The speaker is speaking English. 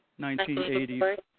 1980